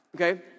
okay